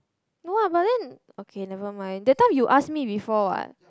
no lah but then okay never mind that time you ask me before what